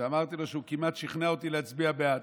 ואמרתי לה שהוא כמעט שכנע אותי להצביע בעד.